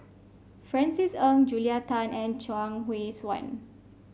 Francis Ng Julia Tan and Chuang Hui Tsuan